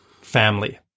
family